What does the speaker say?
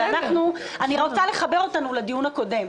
אני רוצה לחבר אותנו לדיון הקודם.